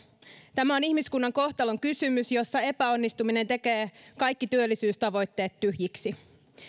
tämä on ihmiskunnan kohtalonkysymys jossa epäonnistuminen tekee kaikki työllisyystavoitteet tyhjiksi